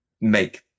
make